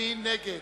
מי נגד?